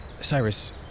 Cyrus